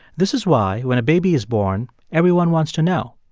this is why when a baby is born, everyone wants to know,